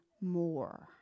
more